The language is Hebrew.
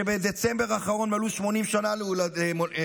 שבדצמבר האחרון מלאו 80 שנה להולדתו,